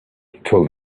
told